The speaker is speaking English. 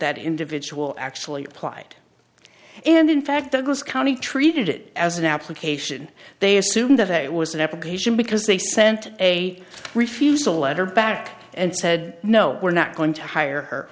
that individual actually applied and in fact the goes county treated it as an application they assumed that it was an application because they sent a refusal letter back and said no we're not going to hire her